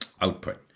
output